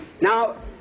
Now